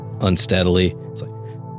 unsteadily